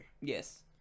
Yes